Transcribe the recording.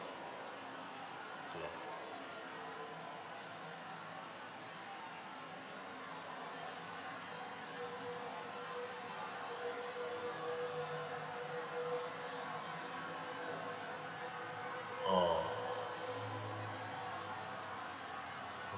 ya orh